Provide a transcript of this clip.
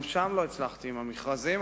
גם שם לא הצלחתי עם המכרזים,